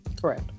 Correct